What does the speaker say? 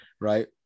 Right